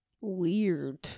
Weird